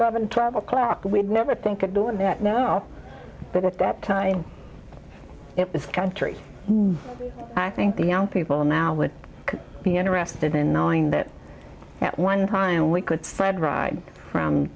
bobbin travel class we'd never think of doing that now but at that time if this country i think the young people now would be interested in knowing that at one time we could slide right from